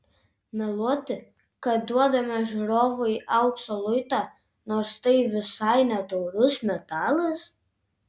meluoti kad duodame žiūrovui aukso luitą nors tai visai ne taurus metalas